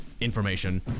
information